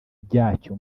byacyo